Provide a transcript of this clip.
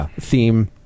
theme